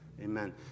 Amen